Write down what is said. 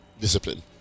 discipline